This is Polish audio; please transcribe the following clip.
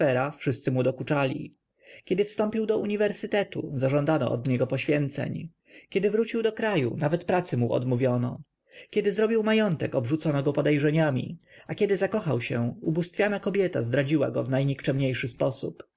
wszyscy mu dokuczali kiedy wstąpił do uniwersytetu zażądano od niego poświęceń kiedy wrócił do kraju nawet pracy mu odmówiono kiedy zrobił majątek obrzucono go podejrzeniami a kiedy zakochał się ubóstwiana kobieta zdradziła go w najnikczemniejszy sposób